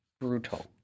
brutal